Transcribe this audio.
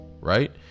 right